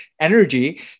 energy